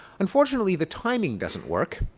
unfortunately, the timing doesn't work.